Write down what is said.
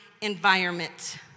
environment